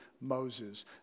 moses